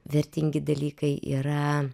vertingi dalykai yra